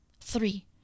Three